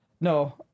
no